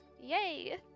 Yay